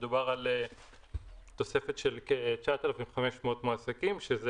מדובר על תוספת של כ-9,500 מועסקים שזה